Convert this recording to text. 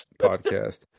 podcast